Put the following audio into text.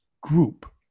group